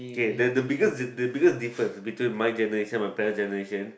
okay then the biggest the biggest difference between my generation my parents generation